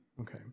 Okay